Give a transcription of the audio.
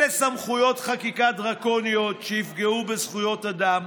אלה סמכויות חקיקה דרקוניות שיפגעו בזכויות אדם,